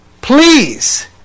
please